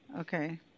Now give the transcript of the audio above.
Okay